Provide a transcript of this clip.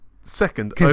second